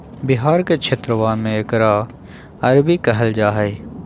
बिहार के क्षेत्रवा में एकरा अरबी कहल जाहई